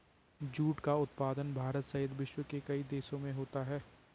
jute का उत्पादन भारत सहित विश्व के कई देशों में होता है